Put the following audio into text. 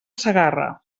segarra